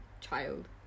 child